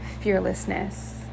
fearlessness